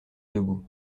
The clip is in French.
debout